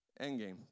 Endgame